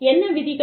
என்ன விதிகள்